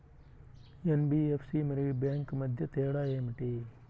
NBFC మరియు bank మధ్య తేడా ఏమిటి?